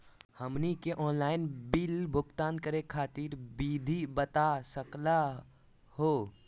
हमनी के online bill भुगतान करे खातीर विधि बता सकलघ हो?